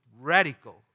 radical